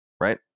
right